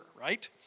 right